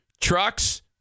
trucks